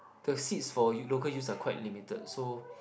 the seats for local U 's are quite limited so